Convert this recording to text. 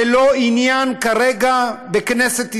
זה לא עניין, כרגע, בכנסת ישראל,